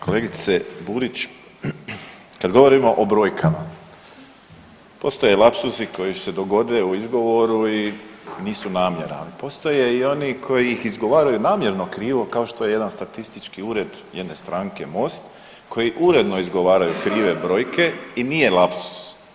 Kolegice Burić, kad govorimo o brojkama, postoje lapsusi koji se dogode u izgovoru i nisu namjera, a postoje i oni koji ih izgovaraju namjerno krivo kao što je jedan statistički ured jedne stranke Most koji uredno izgovaraju krive brojke i nije lapsus.